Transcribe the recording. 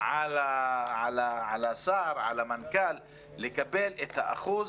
על השר ועל המנכ"ל כדי לקבל את האחוז,